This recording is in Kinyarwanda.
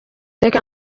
reka